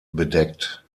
bedeckt